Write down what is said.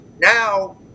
now